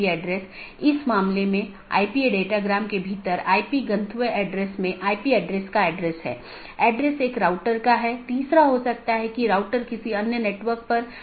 BGP के संबंध में मार्ग रूट और रास्ते पाथ एक रूट गंतव्य के लिए पथ का वर्णन करने वाले विशेषताओं के संग्रह के साथ एक गंतव्य NLRI प्रारूप द्वारा निर्दिष्ट गंतव्य को जोड़ता है